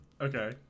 Okay